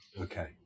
Okay